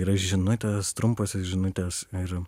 yra žinutės trumposios žinutės ir